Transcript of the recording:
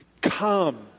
Come